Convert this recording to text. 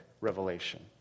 revelation